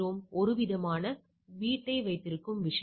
இது ஒருவிதமான வீட்டை வைத்திருக்கும் விஷயம்